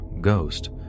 ghost